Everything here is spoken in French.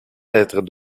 être